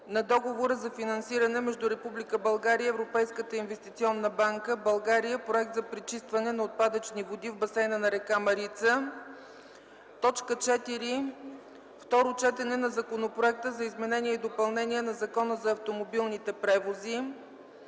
на Договора за финансиране между Република България и Европейската инвестиционна банка (България – Проект за пречистване на отпадъчни води в басейна на р. Марица). 4. Второ четене на Законопроекта за изменение и допълнение на Закона за автомобилните превози.